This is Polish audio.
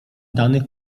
danych